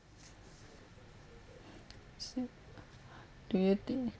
so do you think